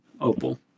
Opal